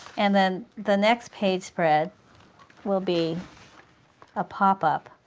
and then the next page spread will be a pop-up.